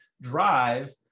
drive